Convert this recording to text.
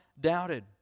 doubted